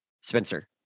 Spencer